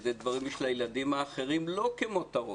איזה דברים יש לילדים האחרים לא כמותרות,